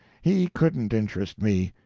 he couldn't interest me.